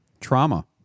trauma